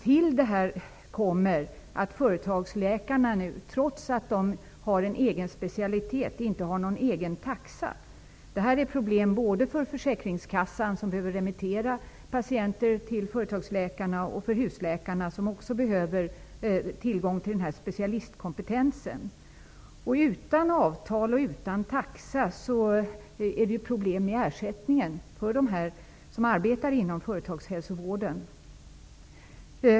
Till detta kommer att trots att företagsläkarna har en egen specialitet, har de ingen egen taxa. Detta är problem både för Försäkringskassan, som behöver remittera patienter till företagsläkarna, och för husläkarna, som också behöver tillgång till denna specialistkompetens. Utan avtal och utan taxa blir det ju problem med ersättningen för dem som arbetar inom företagshälsovården.